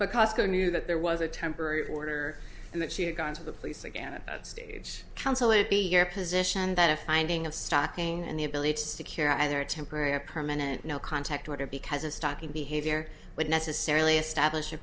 but cosco knew that there was a temporary order and that she had gone to the police again at that stage counsel it be your position that a finding of stocking and the ability to secure either a temporary or permanent no contact order because a stalking behavior would necessarily establish a